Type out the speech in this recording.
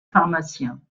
pharmaciens